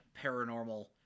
paranormal